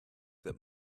that